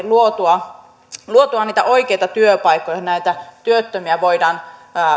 luotua luotua niitä oikeita työpaikkoja joihin näitä työttömiä voidaan